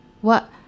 What